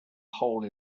hole